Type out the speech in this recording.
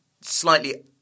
slightly